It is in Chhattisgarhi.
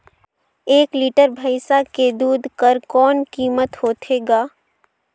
एक लीटर भैंसा के दूध कर कौन कीमत होथे ग?